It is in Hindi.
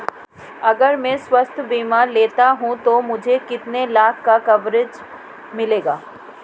अगर मैं स्वास्थ्य बीमा लेता हूं तो मुझे कितने लाख का कवरेज मिलेगा?